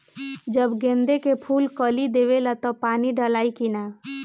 जब गेंदे के फुल कली देवेला तब पानी डालाई कि न?